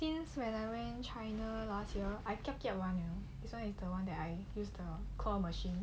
since when I went china last year I this one is the one I use the claw machine